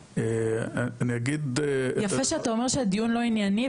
אני אגיד -- יפה שאתה אומר שהדיון לא ענייני,